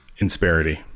Insperity